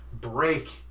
break